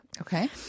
okay